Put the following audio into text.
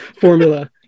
formula